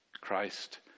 Christ